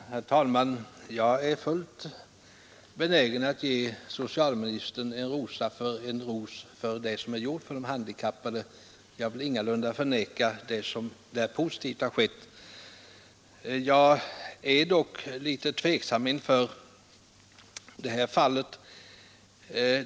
Herr talman! Jag är fullt benägen att ge socialministern en ros för det som gjorts för de handikappade; jag vill ingalunda förneka det positiva som har skett. Dock är jag litet tveksam inför det här fallet.